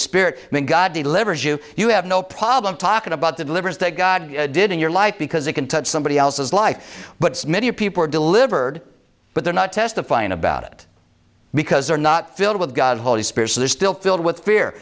spirit when god delivers you you have no problem talking about the deliverance that god did in your life because it can touch somebody else's life but smith you people are delivered but they're not testifying about it because they're not filled with god's holy spirit so they're still filled with fear